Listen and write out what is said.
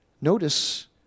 notice